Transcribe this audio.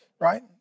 right